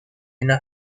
una